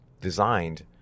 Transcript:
designed